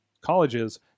colleges